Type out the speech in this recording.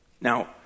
Now